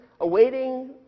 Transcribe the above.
awaiting